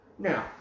Now